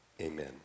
Amen